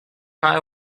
pie